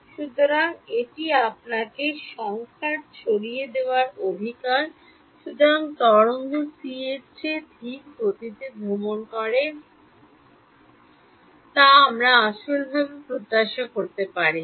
সুতরাং এটি আপনার সংখ্যার ছড়িয়ে দেবার অধিকার সুতরাং তরঙ্গ সি এর চেয়ে ধীর গতিতে ভ্রমণ করে যা আমরা আসল ভাবে প্রত্যাশা করি না